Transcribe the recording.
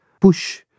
push